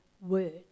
word